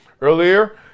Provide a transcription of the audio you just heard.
Earlier